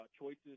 choices